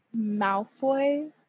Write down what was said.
Malfoy